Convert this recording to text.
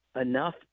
enough